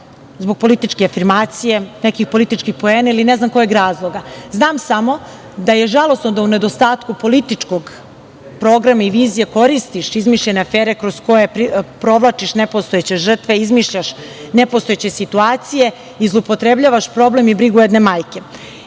Zbog političke afirmacije ili ne znam nekih političkih poena, ili ne znam kojeg razloga. Znam samo da je žalosno da u nedostatku političkog programa i vizija koristiš izmišljene afere kroz koje provlačiš nepostojeće žrtve, izmišljaš nepostojeće situacije, i zloupotrebljavaš problem i brigu jedne majke. Eto